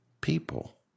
people